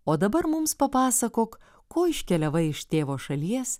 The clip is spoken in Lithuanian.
o dabar mums papasakok ko iškeliavai iš tėvo šalies